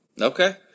Okay